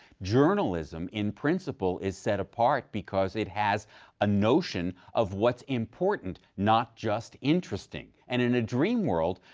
journalism, in principle, is set apart because it has a notion of what's important, not just interesting. and in a dream world,